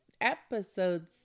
episode